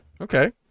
Okay